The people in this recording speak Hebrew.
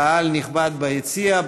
קהל נכבד ביציע,